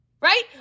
Right